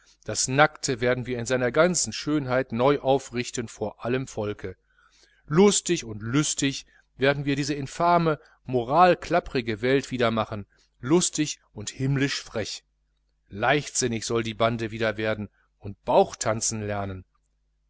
das nackte werden wir in seiner ganzen schönheit neu aufrichten vor allem volke lustig und lüstig werden wir diese infame moralklapprige welt wieder machen lustig und himmlisch frech leichtsinnig soll die bande wieder werden und soll bauchtanzen lernen